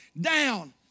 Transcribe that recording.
down